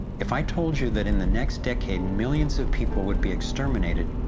if i told you that in the next decade millions of people would be exterminated,